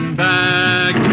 back